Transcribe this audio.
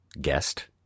guest